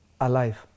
alive